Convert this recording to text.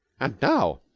and now,